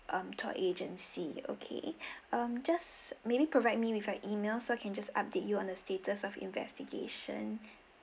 um tour agency okay um just maybe provide me with an email so I can just update you on the status of investigation